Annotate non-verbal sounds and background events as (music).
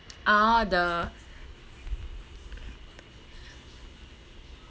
(noise) ah the (noise)